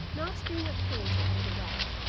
not being acquainted with the route,